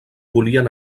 volien